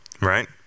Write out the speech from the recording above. right